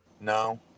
No